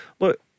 look